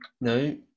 No